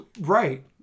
right